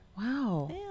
wow